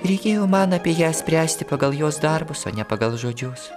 reikėjo man apie ją spręsti pagal jos darbus o ne pagal žodžius